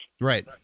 Right